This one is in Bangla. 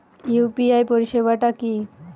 ইউ.পি.আই পরিসেবাটা কি?